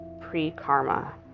pre-karma